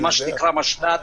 ממה שנקרא המשל"ט,